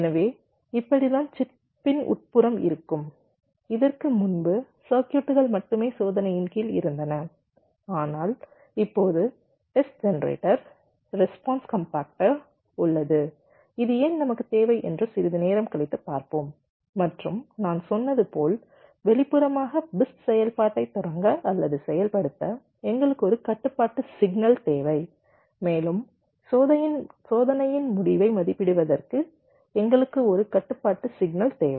எனவே இப்படிதான் சிப்பின் உட்புறம் இருக்கும் இதற்கு முன்பு சர்க்யூட்டுகள் மட்டுமே சோதனையின் கீழ் இருந்தன ஆனால் இப்போது டெஸ்ட் ஜெனரேட்டர் ரெஸ்பான்ஸ் கம்பாக்டர் உள்ளது இது ஏன் நமக்குத் தேவை என்று சிறிது நேரம் கழித்து பார்ப்போம் மற்றும் நான் சொன்னது போல் வெளிப்புறமாக BIST செயல்பாட்டைத் தொடங்க அல்லது செயல்படுத்த எங்களுக்கு ஒரு கட்டுப்பாட்டு சிக்னல் தேவை மேலும் சோதனையின் முடிவை மதிப்பிடுவதற்கு எங்களுக்கு ஒரு கட்டுப்பாட்டு சிக்னல்தேவை